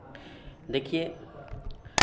देखिए